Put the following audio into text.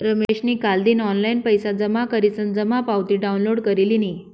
रमेशनी कालदिन ऑनलाईन पैसा जमा करीसन जमा पावती डाउनलोड कर लिनी